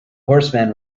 horseman